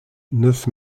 neuf